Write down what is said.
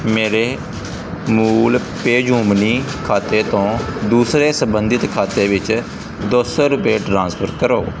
ਮੇਰੇ ਮੂਲ ਪੇਯੁਮਨੀ ਖਾਤੇ ਤੋਂ ਦੂਸਰੇ ਸੰਬੰਧਿਤ ਖਾਤੇ ਵਿੱਚ ਦੋ ਸੌ ਰੁਪਏ ਟ੍ਰਾਂਸਫਰ ਕਰੋ